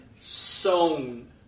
sown